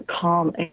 calm